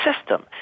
system